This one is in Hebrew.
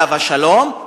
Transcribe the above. עליו השלום,